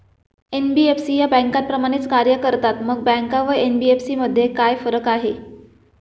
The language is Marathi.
एन.बी.एफ.सी या बँकांप्रमाणेच कार्य करतात, मग बँका व एन.बी.एफ.सी मध्ये काय फरक आहे?